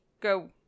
go